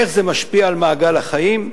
איך זה משפיע על מעגל החיים?